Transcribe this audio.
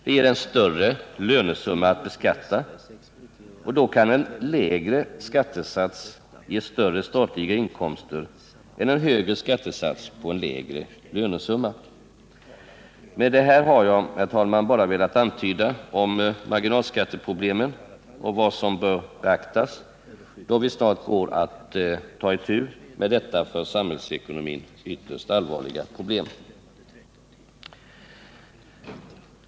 Det ger en större lönesumma att beskatta. Då kan en lägre skattesats ge större statliga inkomster än en högre skattesats på en mindre lönesumma. Med det här har jag, herr talman, bara velat antyda något om marginalskatteproblemen och vad som bör beaktas då vi snart går att ta itu med detta för samhällsekonomin ytterst allvarliga problem.